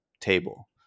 table